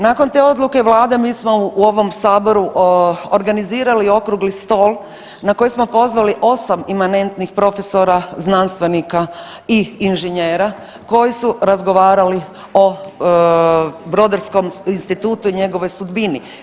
Nakon te odluke Vlade mi smo u ovom Saboru organizirali i Okrugli stol na koji smo pozvali 8 imanentnih profesora znanstvenika i inženjera koji su razgovarali o Brodarskom institutu, njegovoj sudbini.